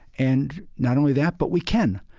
and not only that, but we can,